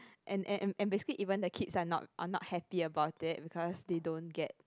and and and basically even the kids are not are not happy about it because they don't get